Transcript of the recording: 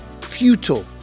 Futile